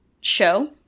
show